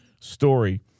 story